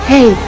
Hey